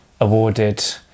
awarded